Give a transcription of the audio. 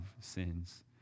sins